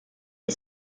est